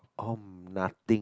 oh nothing